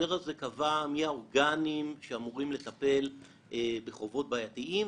החוזר הזה קבע מי האורגנים שאמורים לטפל בחובות בעייתיים,